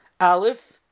Aleph